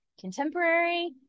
Contemporary